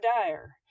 dire